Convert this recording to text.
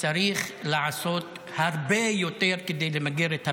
צריך לעשות הרבה יותר כדי למגר את הפשיעה.